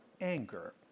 anger